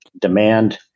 demand